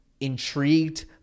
intrigued